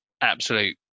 absolute